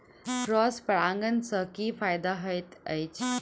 Cross परागण सँ की फायदा हएत अछि?